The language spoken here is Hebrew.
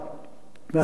אספסיאנוס,